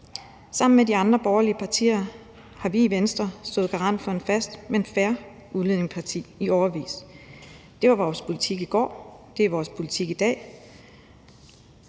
Sammen med de andre borgerlige partier har vi i Venstre stået garant for en fast, men fair udlændingepolitik i årevis. Det var vores politik i går, det er vores politik i dag,